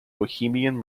bohemian